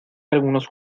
algunos